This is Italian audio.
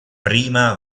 prima